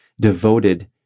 devoted